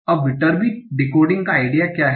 अब Viterbi decoding का idea क्या है